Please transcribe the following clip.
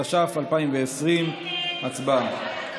התש"ף 2020. הצבעה.